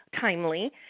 timely